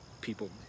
people